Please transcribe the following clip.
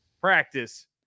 practice